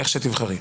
איך שתבחרי.